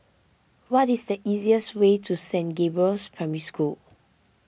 what is the easiest way to Saint Gabriel's Primary School